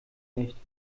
nicht